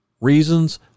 reasons